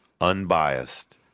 unbiased